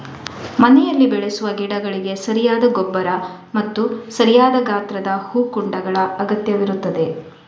ಮನೆಯಲ್ಲಿ ಬೆಳೆಸುವ ಗಿಡಗಳಿಗೆ ಸರಿಯಾದ ಗೊಬ್ಬರ ಮತ್ತು ಸರಿಯಾದ ಗಾತ್ರದ ಹೂಕುಂಡಗಳ ಅಗತ್ಯವಿರುತ್ತದೆ